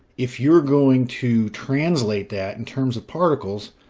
if you're going to translate that in terms of particles,